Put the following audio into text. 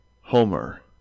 Homer